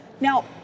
Now